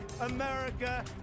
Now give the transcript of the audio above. America